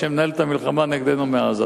שמנהל את המלחמה נגדנו מעזה.